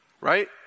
right